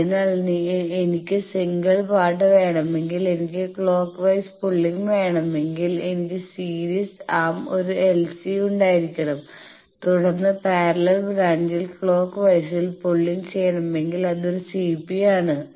അതിനാൽ എനിക്ക് single part വേണമെങ്കിൽ എനിക്ക് ക്ലോക്ക് വൈസ് പുള്ളിങ് വേണമെങ്കിൽ എനിക്ക് സീരീസ് ആം ഒരു LC ഉണ്ടായിരിക്കണം തുടർന്ന് പാരലൽ ബ്രാഞ്ചിൽ ക്ലോക്ക് വൈസിൽ പുള്ളിങ് ചെയ്യണമെങ്കിൽ അത് ഒരു CP ആണ്